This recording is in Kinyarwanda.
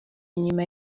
inyuma